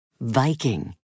Viking